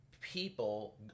people